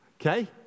Okay